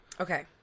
Okay